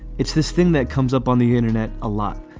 it's this thing that comes up on the internet a lot,